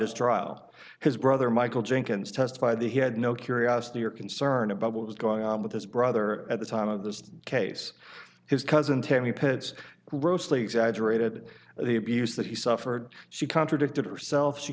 as trial his brother michael jenkins testified that he had no curiosity or concern about what was going on with his brother at the time of this case his cousin tammy peds grossly exaggerated the abuse that he suffered she contradicted herself she